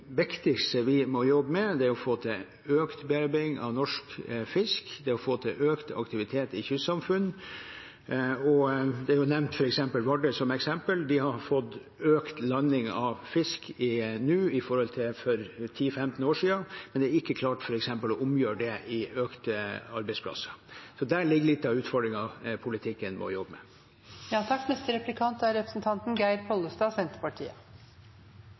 viktigste vi må jobbe med, er å få til økt bearbeiding av norsk fisk, få til økt aktivitet i kystsamfunnene. Vardø har blitt nevnt som eksempel: De har fått økt landing av fisk nå i forhold til for 10–15 år siden, men de har ikke klart å omgjøre det til flere arbeidsplasser. Der ligger litt av den utfordringen politikken må jobbe